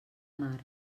mar